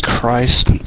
Christ